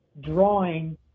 drawing